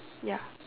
ya